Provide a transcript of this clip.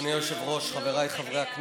אדוני היושב-ראש, חבריי חברי הכנסת,